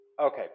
Okay